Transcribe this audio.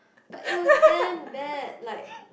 but it was damn bad like